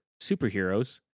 Superheroes